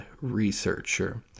researcher